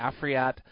Afriat